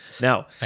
Now